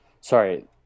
sorry